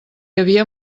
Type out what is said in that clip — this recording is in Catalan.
havia